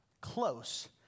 Close